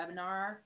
webinar